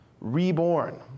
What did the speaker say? Reborn